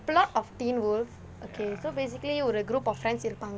plot of teen wolf okay so basically ஒரு:oru group of friends இருப்பாங்க:iruppaanga